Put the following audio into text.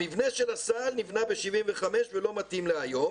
המבנה של הסל ניבנה ב-1975 ולא מתאים להיום,